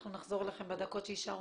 אנחנו נחזור אליכם בדקות שיישארו.